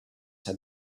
had